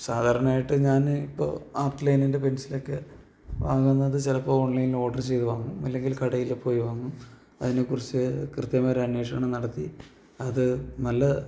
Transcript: സാധാരണയായിട്ട് ഞാന് ഇപ്പോള് ആർട്ട് ലൈനിൻ്റെ പെൻസിലൊക്കെ വാങ്ങുന്നത് ചിലപ്പോള് ഓൺലൈനില് ഓർഡർ ചെയ്ത് വാങ്ങും അല്ലെങ്കിൽ കടയില് പോയി വാങ്ങും അതിനെ കുറിച്ച് കൃത്യമായൊരന്വേഷണം നടത്തി അത് നല്ല